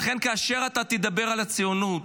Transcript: לכן כאשר אתה תדבר על הציונות,